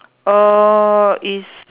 err is